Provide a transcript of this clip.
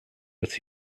with